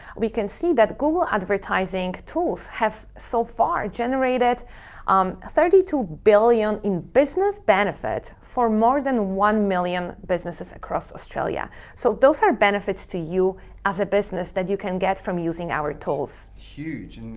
we can see that google advertising tools have so far generated um thirty two billion in business benefit for more than one million businesses across australia. so those are benefits to you as a business that you can get from using our tools. greg huge.